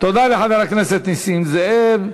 תודה לחבר הכנסת נסים זאב.